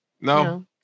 no